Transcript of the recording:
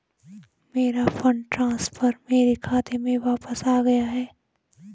मेरा fund transfer मेरे खाते में वापस आ गया है